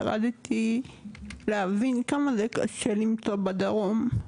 ירדתי להבין כמה זה קשה למצוא בדרום.